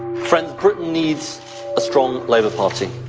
friends, britain needs a strong labour party.